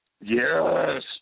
Yes